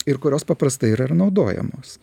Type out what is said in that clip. ir kurios paprastai yra ir naudojamos